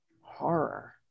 horror